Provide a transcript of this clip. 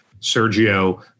Sergio